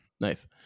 nice